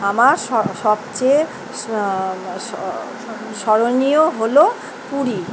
আমার স সবচেয়ে স্মরণীয় হল পুরী